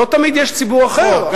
לא תמיד יש ציבור אחר.